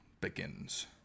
begins